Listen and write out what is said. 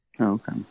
Okay